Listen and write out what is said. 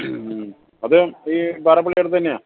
മ് അത് ഈ പാറപ്പള്ളി അടുത്ത് തന്നെയാ